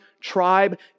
tribe